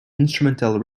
instrumental